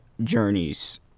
journeys